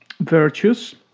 virtues